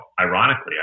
ironically